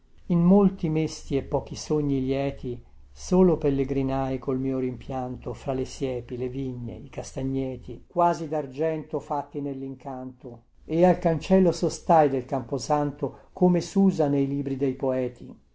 in molti mesti e pochi sogni lieti solo pellegrinai col mio rimpianto fra le siepi le vigne i castagneti quasi dargento fatti nellincanto e al cancello sostai del camposanto come susa nei libri dei poeti